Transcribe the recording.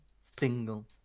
single